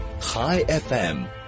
Hi-FM